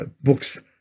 Books